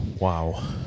Wow